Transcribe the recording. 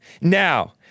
Now